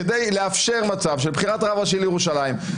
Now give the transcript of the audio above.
כדי לאפשר מצב של בחירת רב ראשי לירושלים.